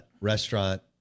restaurant